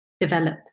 develop